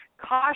caution